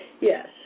Yes